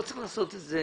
לא צריך לעשות את זה